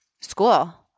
school